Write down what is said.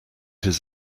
his